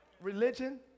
religion